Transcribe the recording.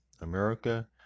America